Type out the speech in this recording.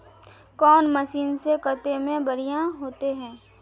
कौन मशीन से कते में बढ़िया होते है?